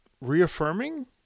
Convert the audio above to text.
reaffirming